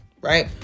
right